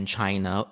China